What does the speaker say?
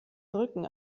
rücken